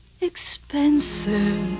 expensive